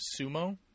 sumo